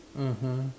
(uh huh)